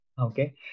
Okay